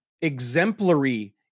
exemplary